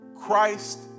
Christ